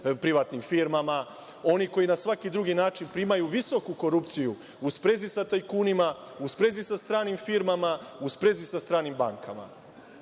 privatnim firmama, oni koji na svaki drugi način primaju visoku korupciju u sprezi sa tajkunima, u sprezi sa stranim firmama, u sprezi sa stranim bankama.